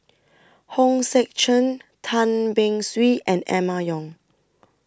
Hong Sek Chern Tan Beng Swee and Emma Yong